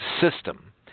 system